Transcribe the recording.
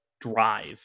drive